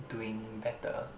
doing better